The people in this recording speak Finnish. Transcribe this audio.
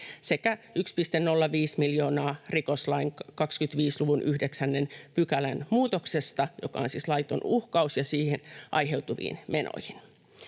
sekä 1,05 miljoonaa rikoslain 25 luvun 9 §:n muutoksesta, joka on siis laiton uhkaus, aiheutuviin menoihin.